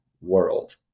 world